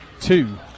two